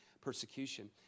persecution